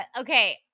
Okay